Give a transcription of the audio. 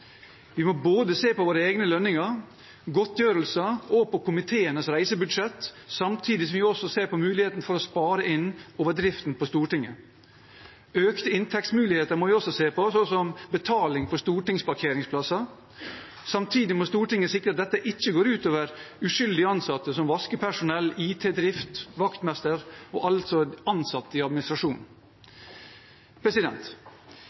Vi må både se på våre egne lønninger og godtgjørelser og på komiteenes reisebudsjett, samtidig som vi også ser på muligheten for å spare inn på driften på Stortinget. Økte inntektsmuligheter må vi også se på, som betaling for stortingsparkeringsplasser. Samtidig må Stortinget sikre at dette ikke går ut over uskyldige ansatte som vaskepersonell, ansatte i IT-drift, vaktmester – altså ansatte i